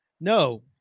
No